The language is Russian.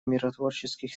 миротворческих